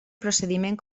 procediment